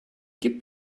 gib